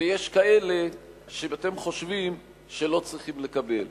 ויש כאלה שאתם חושבים שהם לא צריכים לקבל.